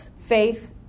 faith